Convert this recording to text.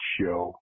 show